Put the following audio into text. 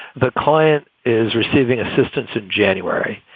the client is receiving assistance in january.